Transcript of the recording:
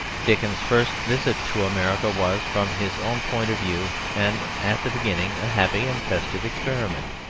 dickens's first visit to america was, from his own point of view, and at the beginning, a happy and festive experiment.